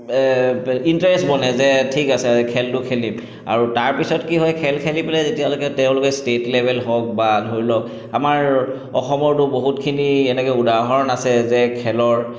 interest বনে যে ঠিক আছে খেলটো খেলিম আৰু তাৰপিছত কি হয় খেল খেলি পেলাই যেতিয়ালেকে তেওঁলোকে ষ্টেট লেভেল হওক বা ধৰি লওক আমাৰ অসমৰতো বহুতখিনি এনেকৈ উদাহৰণ আছে যে খেলৰ